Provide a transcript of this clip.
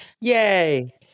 Yay